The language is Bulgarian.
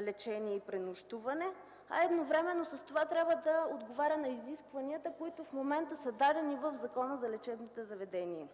лечение и пренощуване, а едновременно с това трябва да отговаря на изискванията, които в момента са дадени в Закона за лечебните заведения?